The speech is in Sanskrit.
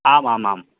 आमामाम्